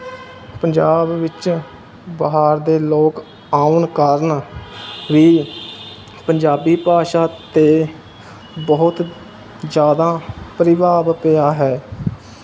ਪੰਜਾਬ ਵਿੱਚ ਬਾਹਰ ਦੇ ਲੋਕ ਆਉਣ ਕਾਰਨ ਵੀ ਪੰਜਾਬੀ ਭਾਸ਼ਾ 'ਤੇ ਬਹੁਤ ਜ਼ਿਆਦਾ ਪ੍ਰਭਾਵ ਪਿਆ ਹੈ